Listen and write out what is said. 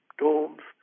dorms